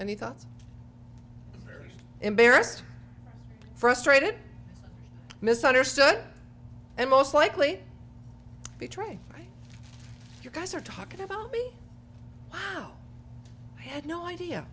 any thoughts or embarrassed frustrated misunderstood and most likely betray you guys are talking about me wow i had no idea